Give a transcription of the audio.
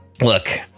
Look